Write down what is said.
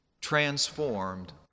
transformed